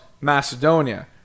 Macedonia